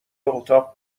اتاق